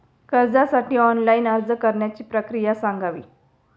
कर्जासाठी ऑनलाइन अर्ज करण्याची प्रक्रिया सांगावी